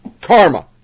Karma